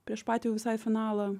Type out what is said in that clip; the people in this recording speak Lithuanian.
prieš patį jau visai finalą